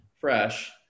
fresh